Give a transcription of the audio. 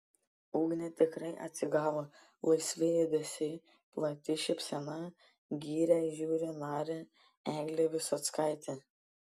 ugnė tikrai atsigavo laisvi judesiai plati šypsena giria žiuri narė eglė visockaitė